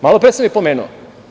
Malopre sam je pomenuo.